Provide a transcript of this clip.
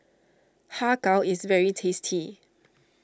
Har Kow is very tasty